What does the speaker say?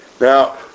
Now